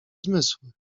zmysły